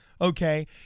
Okay